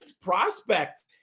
prospect